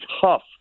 tough